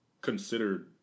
considered